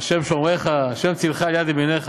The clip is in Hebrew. ה' שמרך, ה' צלך על יד ימינך.